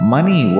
Money